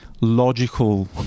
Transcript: logical